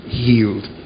healed